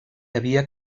havia